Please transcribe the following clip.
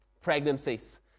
pregnancies